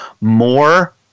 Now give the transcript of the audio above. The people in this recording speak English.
more